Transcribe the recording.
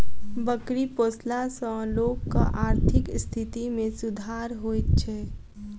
बकरी पोसला सॅ लोकक आर्थिक स्थिति मे सुधार होइत छै